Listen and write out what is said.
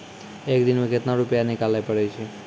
एक दिन मे केतना रुपैया निकाले पारै छी?